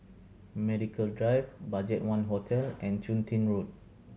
Medical Drive BudgetOne Hotel and Chun Tin Road